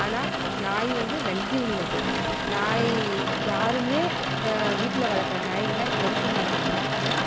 ஆனால் நாய் வந்து நன்றி உள்ளது நாய் யாருமே வீட்டில் வளர்க்கிற நாய்ங்களை வெறுக்க மாட்டாங்க ஆனால்